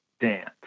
Dance